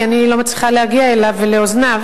כי אני לא מצליחה להגיע אליו ולאוזניו,